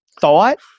thought